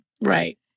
Right